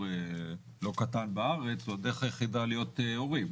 לא קטן בארץ הוא הדרך היחידה להיות הורים.